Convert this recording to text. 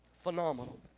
Phenomenal